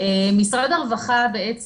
אנחנו פועלים לפי